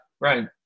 right